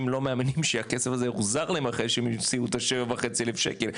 לא מאמינים שהכסף הזה יוחזר להם אחרי שהם הוציאו את ה-7,500 שקל.